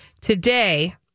Today